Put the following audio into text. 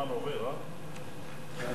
אדוני